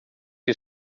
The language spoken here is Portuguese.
que